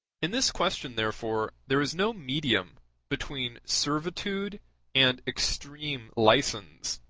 in this question, therefore, there is no medium between servitude and extreme license